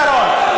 יש לנו פתרון,